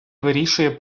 вирішує